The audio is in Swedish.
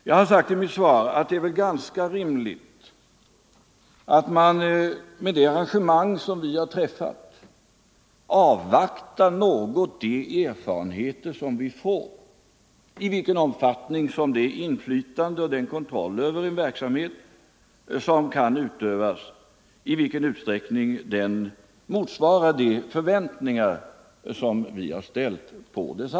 Jag har i mitt svar sagt att det väl är ganska rimligt att man något avvaktar de erfarenheter som vi får av i vilken omfattning det inflytande och den kontroll över verksamheten som kan utövas motsvarar de förväntningar vi ställt.